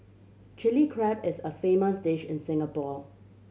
Chilli Crab is a famous dish in Singapore